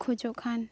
ᱠᱷᱚᱡᱚᱜ ᱠᱷᱟᱱ